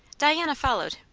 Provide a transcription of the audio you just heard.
diana followed,